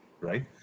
right